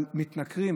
אבל מתנכרים.